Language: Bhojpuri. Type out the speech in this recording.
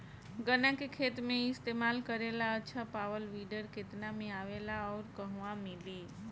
गन्ना के खेत में इस्तेमाल करेला अच्छा पावल वीडर केतना में आवेला अउर कहवा मिली?